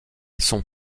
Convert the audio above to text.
son